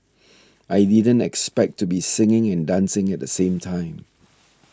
I didn't expect to be singing and dancing at the same time